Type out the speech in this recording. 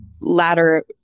latter